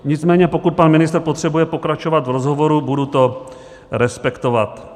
Nicméně pokud pan ministr potřebuje pokračovat v rozhovoru, budu to respektovat.